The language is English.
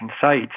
sites